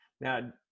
Now